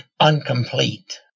incomplete